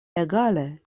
egale